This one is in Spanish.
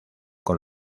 con